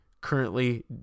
currently